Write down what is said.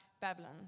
Babylon